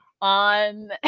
On